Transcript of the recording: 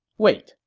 wait,